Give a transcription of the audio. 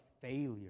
failure